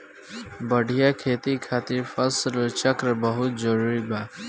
बढ़िया खेती खातिर फसल चक्र बहुत जरुरी बा